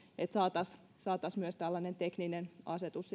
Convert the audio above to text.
että saataisiin mahdollisesti myös tällainen tekninen asetus